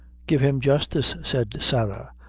give him justice, said sarah,